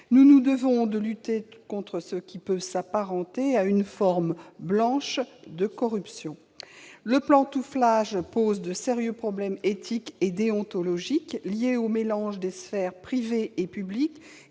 Nous nous devons de lutter contre ce qui peut s'apparenter à une forme blanche de corruption. Le pantouflage pose de sérieux problèmes éthiques et déontologiques liés au mélange des sphères privée et publique